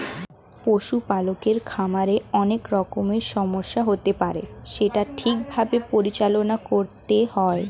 পশু পালকের খামারে অনেক রকমের সমস্যা হতে পারে সেটা ঠিক ভাবে পরিচালনা করতে হয়